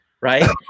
right